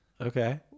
Okay